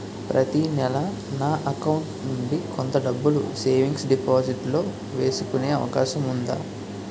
ప్రతి నెల నా అకౌంట్ నుండి కొంత డబ్బులు సేవింగ్స్ డెపోసిట్ లో వేసుకునే అవకాశం ఉందా?